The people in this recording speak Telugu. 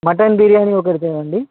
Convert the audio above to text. మటన్ బిర్యానీ ఒకటి తేవండి